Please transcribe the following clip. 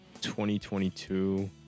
2022